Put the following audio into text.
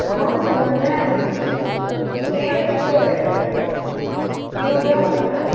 amount வந்துங்க scale வந்து ஒரு இருபது ரூபா வருமுங்க